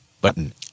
Button